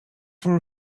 for